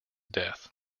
death